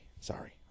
Sorry